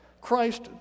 Christ